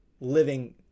living